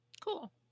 Cool